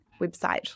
website